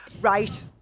right